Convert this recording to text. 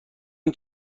این